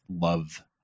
love